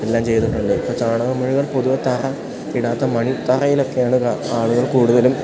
എല്ലാം ചെയ്തിട്ടുണ്ട് ഇപ്പം ചാണകം മെഴുകൽ പൊതുവേ തറ ഇടാത്ത മണി തറയിലൊക്കെയാണ് ആളുകൾ കൂടുതലും